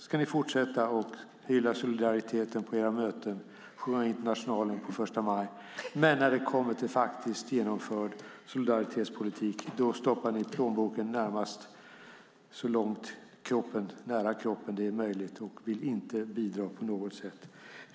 Ska ni fortsätta att hylla solidariteten på era möten och sjunga Internationalen på första maj, men när det kommer till faktiskt genomförd solidaritetspolitik stoppa plånboken så nära kroppen som möjligt och inte vilja bidra?